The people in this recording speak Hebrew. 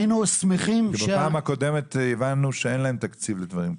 היינו שמחים --- כי בפעם הקודמת הבנו שאין להם תקציב לדברים כאלה.